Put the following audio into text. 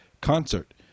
concert